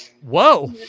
Whoa